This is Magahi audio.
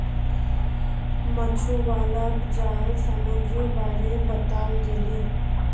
मछुवालाक जाल सामग्रीर बारे बताल गेले